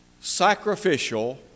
Sacrificial